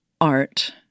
art